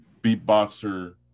Beatboxer